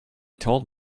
told